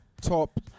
top